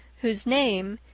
whose name,